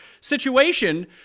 situation